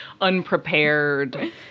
unprepared